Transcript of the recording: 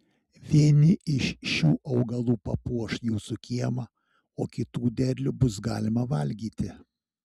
vieni iš šių augalų papuoš jūsų kiemą o kitų derlių bus galima valgyti